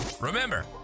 Remember